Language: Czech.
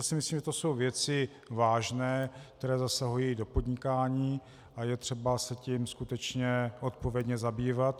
Myslím si, že to jsou věci vážné, které zasahují do podnikání, a je třeba se tím skutečně odpovědně zabývat.